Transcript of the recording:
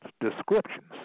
descriptions